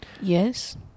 Yes